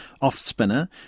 Off-spinner